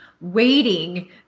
Waiting